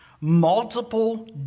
multiple